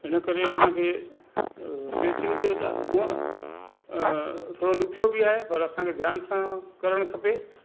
इन करे असांखे ट्रैकिंग जो ॾा हूअ ॾुखियो बि आहे पर असांखे ध्यानु सां करणु खपे